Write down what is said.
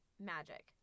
Magic